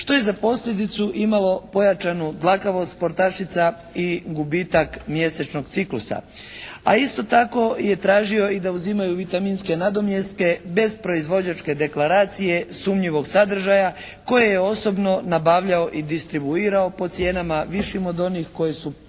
što je za posljedicu imalo pojačanu dlakavost sportašica i gubitak mjesečnog ciklusa, a isto tako je tražio i da uzimaju vitaminske nadomjestke bez proizvođačke deklaracije sumnjivog sadržaja koje je osobno nabavljao i distribuirao po cijenama višim od onih koje su postojale